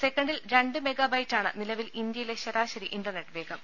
സെക്കൻഡിൽ രണ്ട് മെഗാബൈറ്റാണ് നിലവിൽ ഇന്ത്യയിലെ ശരാശരി ഇന്റർനെറ്റ് വേഗം